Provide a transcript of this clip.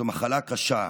זו מחלה קשה.